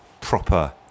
proper